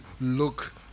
look